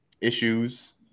issues